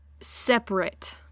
separate